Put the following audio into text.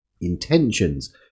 intentions